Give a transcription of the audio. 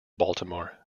baltimore